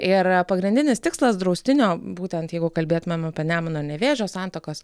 ir pagrindinis tikslas draustinio būtent jeigu kalbėtumėm apie nemuno ir nevėžio santakos